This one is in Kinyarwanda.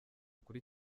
kuri